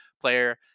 player